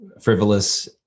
frivolous